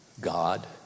God